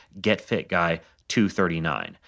getfitguy239